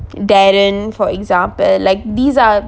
darren for example like these are